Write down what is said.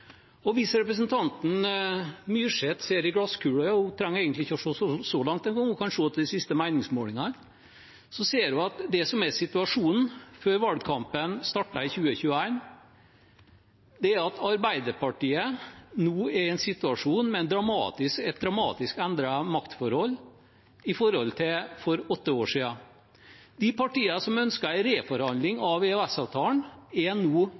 EØS. Hvis representanten Myrseth ser i glasskula – hun trenger egentlig ikke å se så langt engang, hun kan se på de siste meningsmålingene – ser hun at før valgkampen starter i 2021, er Arbeiderpartiet i en situasjon med et dramatisk endret maktforhold i forhold til for åtte år siden. De partiene som ønsker en reforhandling av EØS-avtalen, er nå